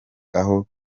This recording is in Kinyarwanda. aho